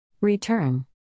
Return